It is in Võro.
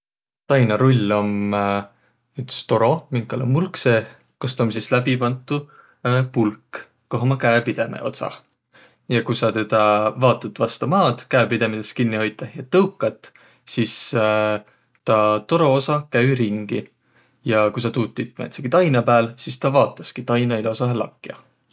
Tainarull om üts toro, minkal om mulk seeh, kost om sis läbi pantu pulk, koh ummaq käepidemeq otsah. Ja ku saq tedä vaotat vasta maad käepidemidest kinniq hoitõh ja tõukat, sis taa toro osa käü ringi. Ja ku saq tuud tiit määntsegi taina pääl, sis tä vaotaski taina ilosahe lakja.